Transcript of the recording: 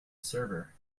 server